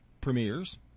premieres